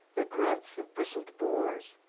the grunts of bristled boars,